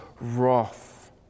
wrath